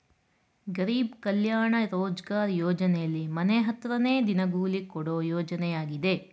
ಗರೀಬ್ ಕಲ್ಯಾಣ ರೋಜ್ಗಾರ್ ಯೋಜನೆಲಿ ಮನೆ ಹತ್ರನೇ ದಿನಗೂಲಿ ಕೊಡೋ ಯೋಜನೆಯಾಗಿದೆ